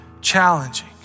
challenging